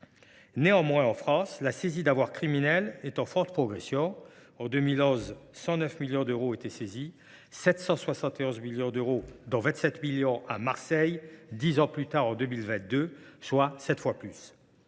Néanmoins, en France, la saisie d’avoirs criminels est en forte progression : en 2011, 109 millions d’euros étaient saisis, contre 771 millions d’euros – dont 27 millions à Marseille – dix ans plus tard, en 2022, soit sept fois plus.